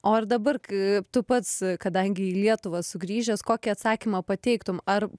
o ar dabar kai tu pats kadangi į lietuvą sugrįžęs kokį atsakymą pateiktum ar